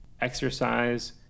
Exercise